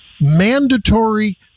mandatory